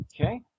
Okay